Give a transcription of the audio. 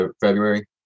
February